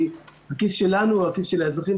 כי הכיס שלנו הוא הכיס של האזרחים.